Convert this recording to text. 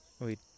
wait